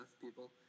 people